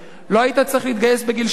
לא היית צריך להתגייס בגיל 18,